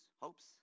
Hopes